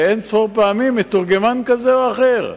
באין-ספור פעמים מתורגמן כזה או אחר.